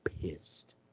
pissed